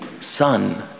son